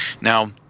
Now